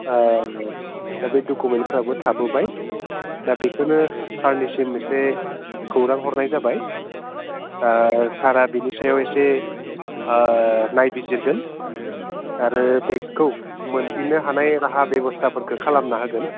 दा डकुमेनफ्राबो थाबोबाय दा बेखोनो सारनिसिम एसे खौरां हरनाय जाबाय दा सारआ बेनि सायाव एसे नायबिजिरगोन आरो बेगखौ मोनफिननो हानाय राहा बेबस्थाफोरखौ खालामनो हागोन